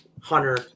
Hunter